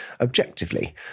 objectively